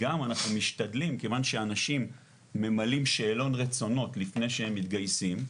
מכיוון שאנשים ממלאים שאלון רצונות לפני שהם מתגייסים,